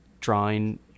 drawing